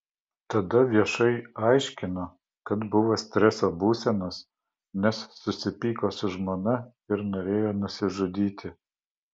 tada viešai aiškino kad buvo streso būsenos nes susipyko su žmona ir norėjo nusižudyti